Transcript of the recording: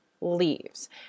leaves